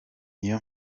niyo